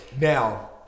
Now